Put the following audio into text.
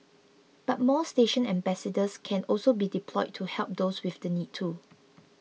but more station ambassadors can also be deployed to help those with the need too